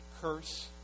curse